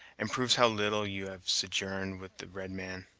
and proves how little you have sojourned with the red man.